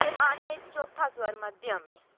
पैमाने च चौथा स्वर मध्यम ऐ